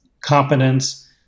competence